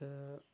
تہٕ